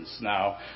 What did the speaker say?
now